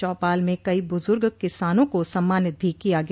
चौपाल में कई बुजुर्ग किसानों को सम्मानित भी किया गया